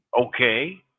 okay